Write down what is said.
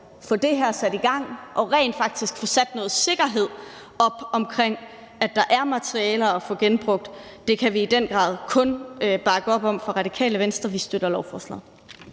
få det her sat i gang og rent faktisk få sat noget sikkerhed op omkring, at der er materialer at få genbrugt, er noget, vi i den grad kun kan bakke op om i Radikale Venstre. Vi støtter lovforslaget.